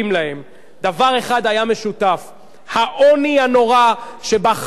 דבר אחד היה משותף: העוני הנורא שבו חיו התושבים.